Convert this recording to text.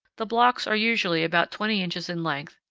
the blocks are usually about twenty inches in length,